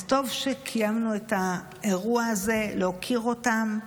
אז טוב שקיימנו את האירוע הזה להוקיר אותם,